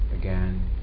Again